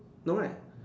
no nine